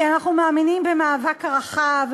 כי אנחנו מאמינים במאבק רחב,